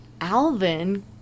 Alvin